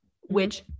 which-